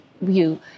view